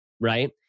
right